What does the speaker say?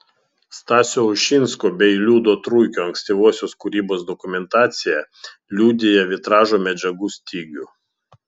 stasio ušinsko bei liudo truikio ankstyvosios kūrybos dokumentacija liudija vitražo medžiagų stygių